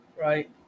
Right